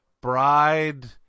bride